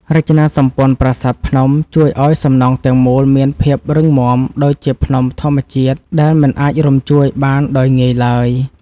រចនាសម្ព័ន្ធប្រាសាទភ្នំជួយឱ្យសំណង់ទាំងមូលមានភាពរឹងមាំដូចជាភ្នំធម្មជាតិដែលមិនអាចរំញ្ជួយបានដោយងាយឡើយ។